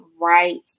right